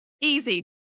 Easy